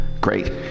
great